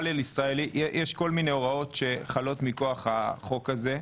יש כל מיני הוראות שחלות מכוח החוק הזה.